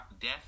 death